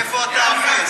איפה אתה אוחז?